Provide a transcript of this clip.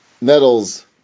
metals